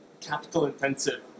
capital-intensive